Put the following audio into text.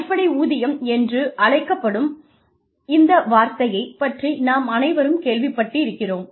அடிப்படை ஊதியம் என்று அழைக்கப்படும் இந்த வார்த்தையைப் பற்றி நாம் அனைவரும் கேள்விப்பட்டிருக்கிறோம்